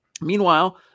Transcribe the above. Meanwhile